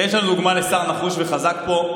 ויש לנו דוגמה לשר נחוש וחזק פה,